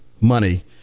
money